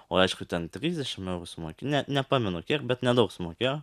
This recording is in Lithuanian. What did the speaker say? o aišku ten trisdešimt eurų sumok ne nepamenu kiek bet nedaug sumokėjo